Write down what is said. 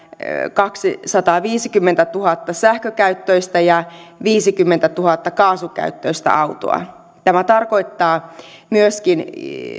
kaksisataaviisikymmentätuhatta sähkökäyttöistä ja viisikymmentätuhatta kaasukäyttöistä autoa tämä tarkoittaa myöskin